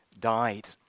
Died